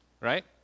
right